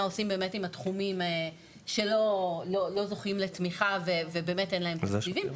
מה עושים באמת עם התחומים שלא זוכים לתמיכה ובאמת אין להם תקציבים?